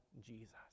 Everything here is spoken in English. Jesus